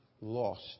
lost